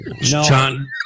John